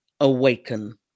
Awaken